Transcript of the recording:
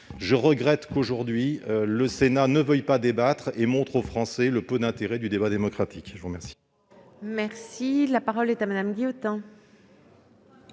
Je regrette qu'aujourd'hui le Sénat ne veuille pas débattre et montre aux Français le peu d'intérêt du débat démocratique. On a le droit de rigoler ? La parole est à Mme Véronique